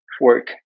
work